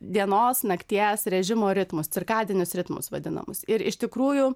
dienos nakties režimo ritmus cirkadinius ritmus vadinamus ir iš tikrųjų